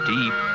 Deep